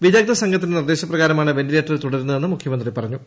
വിദഗ്ദ്ധ സംഘത്തിന്റെ നിർദ്ദേശപ്രകാരമാണ് വെന്റിലേറ്റർ തുടരുന്നതെന്ന് മുഖ്യമന്ത്രി പറഞ്ഞു